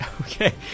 Okay